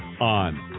on